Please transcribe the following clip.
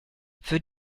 für